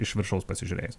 iš viršaus pasižiūrėjus